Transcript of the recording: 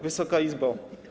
Wysoka Izbo!